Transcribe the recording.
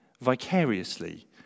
vicariously